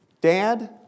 Dad